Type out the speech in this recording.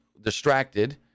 distracted